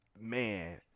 Man